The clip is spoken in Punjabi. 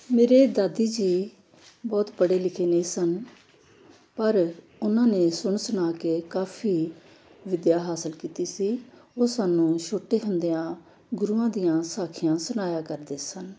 ਮੇਰੇ ਦਾਦੀ ਜੀ ਬਹੁਤ ਪੜ੍ਹੇ ਲਿਖੇ ਨਹੀਂ ਸਨ ਪਰ ਉਹਨਾਂ ਨੇ ਸੁਣ ਸੁਣਾ ਕੇ ਕਾਫ਼ੀ ਵਿੱਦਿਆ ਹਾਸਿਲ ਕੀਤੀ ਸੀ ਉਹ ਸਾਨੂੰ ਛੋਟੇ ਹੁੰਦਿਆਂ ਗੁਰੂਆਂ ਦੀਆਂ ਸਾਖੀਆਂ ਸੁਣਾਇਆ ਕਰਦੇ ਸਨ